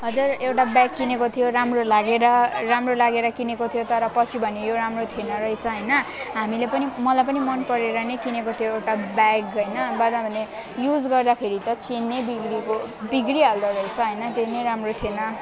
हजुर एउटा ब्याग किनेको थियो राम्रो लागेर राम्रो लागेर किनेको थियो तर पछि भने यो राम्रो थिएन रहेछ होइन हामीले पनि मलाई पनि मनपरेर नै किनेको थियो एउटा ब्याग होइन बादमा भने युज गर्दाखेरि त चेन चाहिँ बिग्रिएको बिग्रिहाल्दो रहेछ केही नै राम्रो थिएन